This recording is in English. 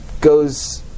goes